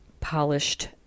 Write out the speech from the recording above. polished